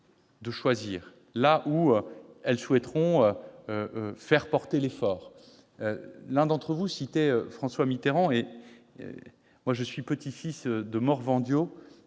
secteurs où elles souhaiteront faire porter l'effort. L'un d'entre vous a cité François Mitterrand. Je suis petit-fils de Morvandiau,